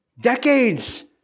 decades